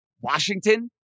Washington